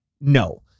No